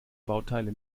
bauteile